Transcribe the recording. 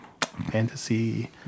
fantasy